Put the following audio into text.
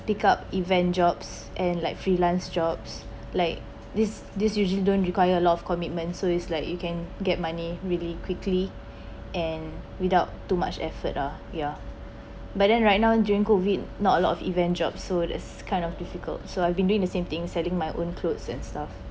pick up event jobs and like freelance jobs like this this usually don't require a lot of commitment so it's like you can get money really quickly and without too much effort ah ya but then right now during COVID not a lot of event jobs so is kind of difficult so I've been doing the same thing selling my own clothes and stuff